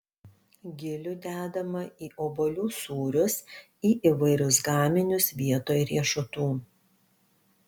gilių dedama į obuolių sūrius į įvairius gaminius vietoj riešutų